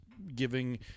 giving